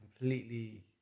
completely